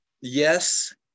yes